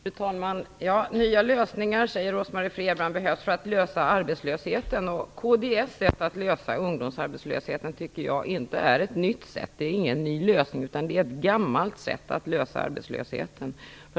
Fru talman! Rose-Marie Frebran säger att det behövs nya lösningar för att man skall kunna komma till rätta med arbetslösheten. Kds sätt för att lösa problemet med arbetslösheten tycker jag inte är ett nytt sätt. Det är ingen ny lösning, utan det är ett gammalt sätt.